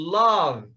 love